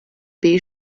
beige